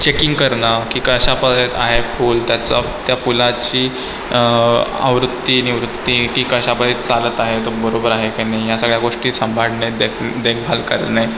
checking करणं की कशा परत आहे पूल त्याचं त्या पुलाची आवृत्ती निवृत्ती ती कशा पर चालत आहे तो बरोबर आहे का नाही ह्या सगळ्या गोष्टी सांभाळणे देख देखभाल करणे